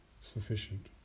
sufficient